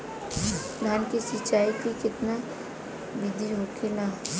धान की सिंचाई की कितना बिदी होखेला?